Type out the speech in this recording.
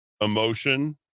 emotion